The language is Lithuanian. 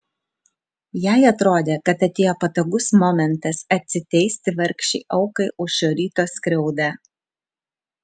jai atrodė kad atėjo patogus momentas atsiteisti vargšei aukai už šio ryto skriaudą